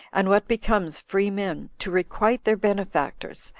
and what becomes free-men, to requite their benefactors,